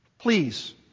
Please